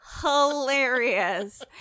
Hilarious